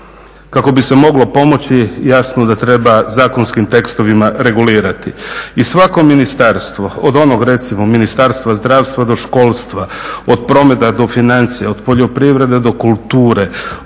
kako bi se moglo pomoći jasno da treba zakonskim tekstovima regulirati. I svako ministarstvo od onog recimo Ministarstva zdravstva do školstva od prometa do financija, od poljoprivrede do kulture,